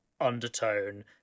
undertone